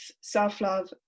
self-love